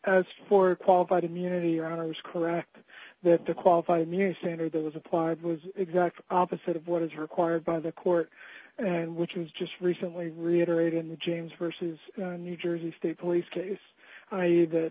as for qualified immunity honors correct that the qualified immunity standard that was applied was exact opposite of what is required by the court and which was just recently reiterated in the james vs new jersey state police case the